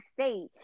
state